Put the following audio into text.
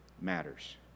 matters